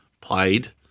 played